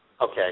Okay